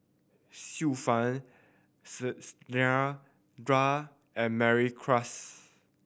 Xiu Fang and Mary Klass